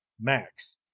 Max